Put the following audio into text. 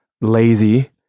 lazy